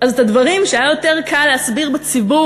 אז את הדברים שהיה יותר קל להסביר בציבור